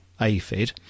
aphid